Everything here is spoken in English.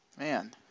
Man